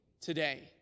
today